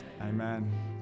Amen